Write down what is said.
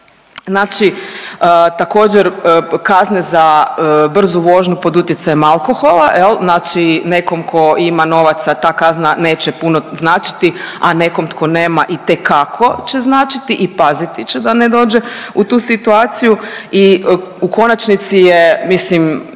Znači također kazne za brzu vožnju pod utjecajem alkohola jel, znači nekom tko ima novaca ta kazna neće puno značiti, a nekom tko nema itekako će značiti i paziti će da ne dođe u tu situaciju. I u konačnici je mislim